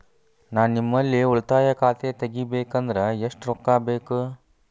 ನಾ ನಿಮ್ಮಲ್ಲಿ ಉಳಿತಾಯ ಖಾತೆ ತೆಗಿಬೇಕಂದ್ರ ಎಷ್ಟು ರೊಕ್ಕ ಬೇಕು?